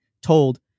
told